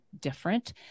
different